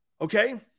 Okay